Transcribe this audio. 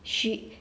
she